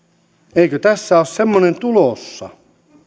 eikö tässä ole semmoinen tulossa